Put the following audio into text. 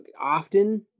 often